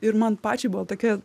ir man pačiai buvo tokia